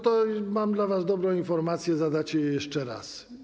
To mam dla was dobrą informację: zadacie je jeszcze raz.